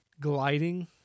gliding